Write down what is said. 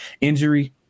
injury